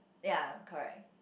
ya correct